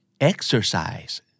Exercise